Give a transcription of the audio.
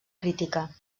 crítica